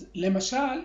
למשל,